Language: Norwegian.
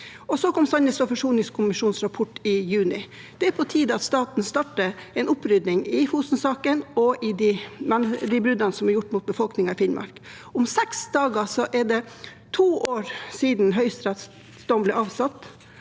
Så kom sannhets- og forsoningskommisjonens rapport i juni. Det er på tide at staten starter en opprydding i Fosen-saken og i de bruddene som blir gjort mot befolkningen i Finnmark. Om seks dager er det to år siden Høyesteretts dom ble avsagt